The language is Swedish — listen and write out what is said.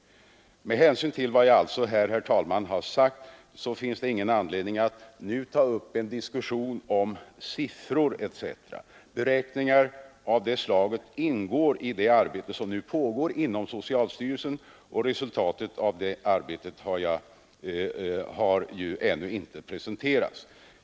Med hänsyn till vad jag här sagt finns det ingen anledning att nu ta upp en diskussion om siffror etc. Beräkningar av det här slaget ingår i det arbete som nu pågår inom socialstyrelsen, och resultatet av det arbetet har ju ännu inte presenterats.